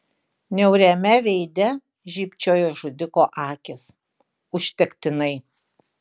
niauriame veide žybčiojo žudiko akys užtektinai